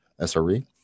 SRE